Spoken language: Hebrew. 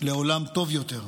לעולם טוב יותר.